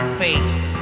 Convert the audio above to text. face